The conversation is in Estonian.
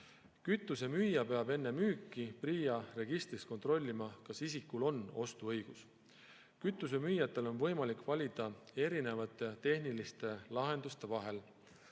Kütusemüüja peab enne müüki PRIA registrist kontrollima, kas isikul on ostuõigus. Kütusemüüjatel on võimalik valida erinevate tehniliste lahenduste vahel.